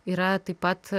yra taip pat